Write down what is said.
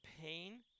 pain